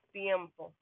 tiempo